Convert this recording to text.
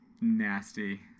nasty